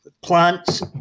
plants